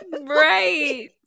right